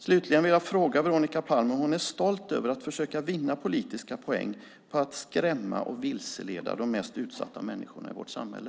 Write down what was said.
Slutligen vill jag fråga Veronica Palm om hon är stolt över att försöka vinna politiska poäng på att skrämma och vilseleda de mest utsatta människorna i vårt samhälle.